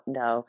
no